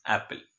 Apple